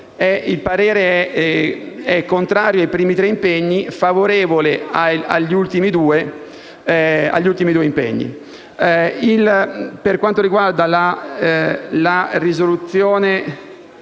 il parere è contrario ai primi tre e favorevole agli ultimi due. Per quanto riguarda la risoluzione n.